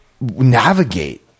navigate